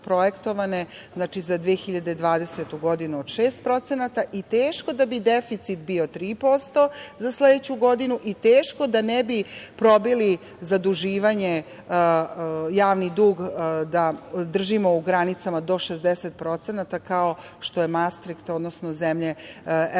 za 2020. godinu, od 6%, i teško da bi deficit bio 3% za sledeću godinu i teško da ne bi probili zaduživanje, javni dug da održimo u granicama do 60%, kao što je Mastriht, odnosno zemlje članice